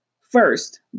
First